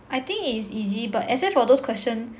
I think it is easy but except for those question